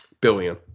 billion